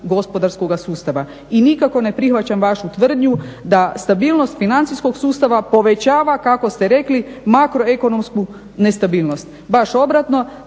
gospodarskoga sustava. I nikako ne prihvaćam vašu tvrdnju da stabilnost financijskog sustava povećava kako ste rekli makroekonomsku nestabilnost. Baš obratno,